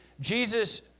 Jesus